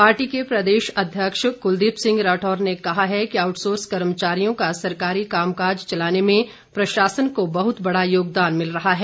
party के प्रदेश अध्यक्ष कुलदीप सिंह राठौर ने कहा है कि आउटसोर्स कर्मचारियों का सरकारी कामकाज चलाने में प्रशासन को बहत बड़ा योगदान मिल रहा है